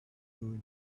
know